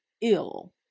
ill